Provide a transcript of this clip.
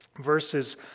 Verses